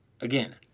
Again